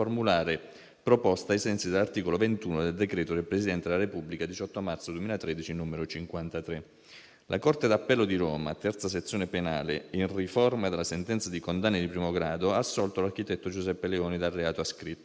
formulare proposta, ai sensi dell'articolo 21 del decreto del Presidente della Repubblica 18 marzo 2013, n. 53. La Corte d'appello di Roma, terza sezione penale, in riforma della sentenza di condanna di primo grado, ha assolto l'architetto Giuseppe Leoni dal reato ascritto,